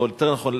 או יותר נכון,